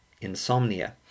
insomnia